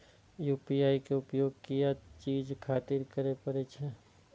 UPI के उपयोग किया चीज खातिर करें परे छे?